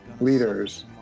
leaders